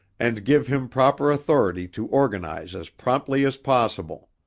and give him proper authority to organize as promptly as possible.